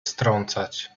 strącać